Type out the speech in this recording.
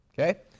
Okay